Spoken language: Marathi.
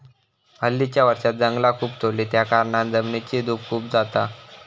हल्लीच्या वर्षांत जंगला खूप तोडली त्याकारणान जमिनीची धूप खूप जाता